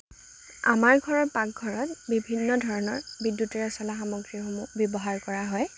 আমাৰ ঘৰৰ পাকঘৰত বিভিন্ন ধৰণৰ বিদ্যুতেৰে চলা সামগ্ৰীসমূহ ব্যৱহাৰ কৰা হয়